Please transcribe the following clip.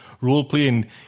role-playing